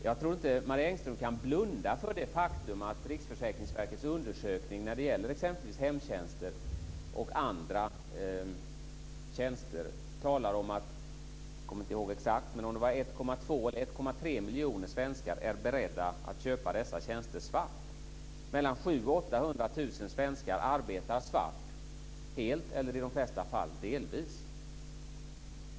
Jag tror inte att Marie Engström kan blunda för det faktum att Riksförsäkringsverkets undersökning när det gäller exempelvis hemtjänster och andra tjänster talar om att 1,2 eller 1,3 miljoner svenskar, jag kommer inte ihåg exakt, är beredda att köpa dessa tjänster svart. Mellan 700 000 och 800 000 svenskar arbetar svart, helt eller i de flesta fall delvis.